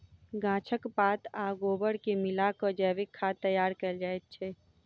गाछक पात आ गोबर के मिला क जैविक खाद तैयार कयल जाइत छै